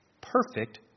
perfect